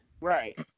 Right